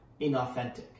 inauthentic